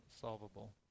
solvable